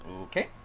Okay